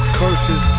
curses